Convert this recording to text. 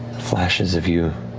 flashes of you,